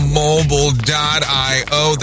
mobile.io